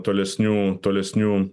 tolesnių tolesnių